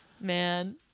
Man